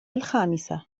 الخامسة